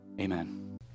amen